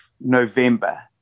November